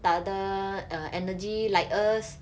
tak ada uh energy like us